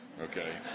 Okay